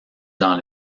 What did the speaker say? dans